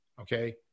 okay